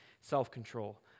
self-control